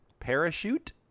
Parachute